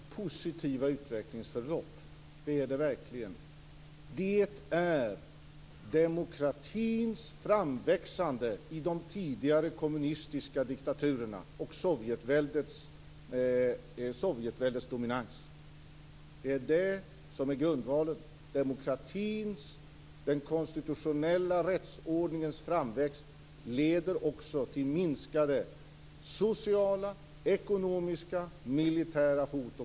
Fru talman! Det är positiva utvecklingsförlopp. Det är det verkligen. Det är demokratins framväxande i de tidigare kommunistiska diktaturerna och det dominerande Sovjetväldet. Det är det som är grundvalen. Demokratins och den konstitutionella rättsordningens framväxt leder också till minskade sociala, ekonomiska och militära hot och konflikter.